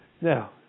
Now